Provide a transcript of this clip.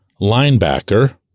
linebacker